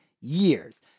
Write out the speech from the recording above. years